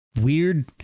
weird